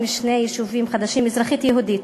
להקים שני יישובים חדשים" אזרחית יהודית,